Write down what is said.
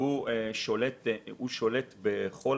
הוא שולט בכל